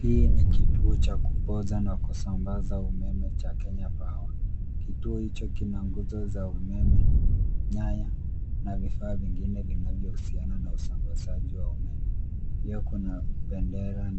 Hii ni kituo cha kupoza na kusambaza umeme cha Kenya Power. Kituo hicho kina nguzo za umeme nyaya na vifaa vingine vinavyohusiana na usambazaji wa umeme. Pia kuna bendera